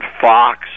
Fox